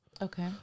Okay